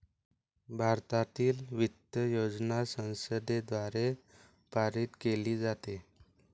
भारतातील वित्त योजना संसदेद्वारे पारित केली जाते